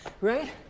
right